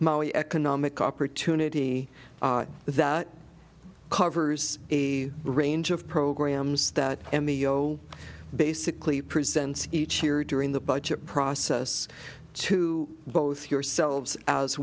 maui economic opportunity that covers a range of programs that and the oh basically presents each year during the budget process to both yourselves as